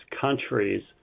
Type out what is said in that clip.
countries